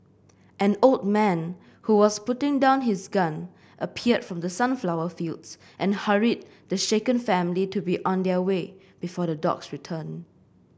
an old man who was putting down his gun appeared from the sunflower fields and hurried the shaken family to be on their way before the dogs return